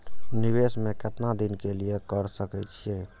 निवेश में केतना दिन के लिए कर सके छीय?